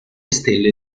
stelle